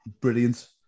brilliant